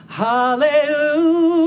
Hallelujah